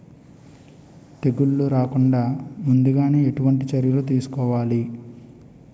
తెగుళ్ల రాకుండ ముందుగానే ఎటువంటి చర్యలు తీసుకోవాలి?